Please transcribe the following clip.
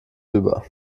rüber